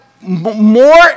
more